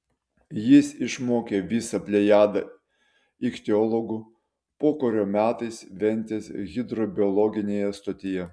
jis išmokė visą plejadą ichtiologų pokario metais ventės hidrobiologinėje stotyje